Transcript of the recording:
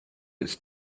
its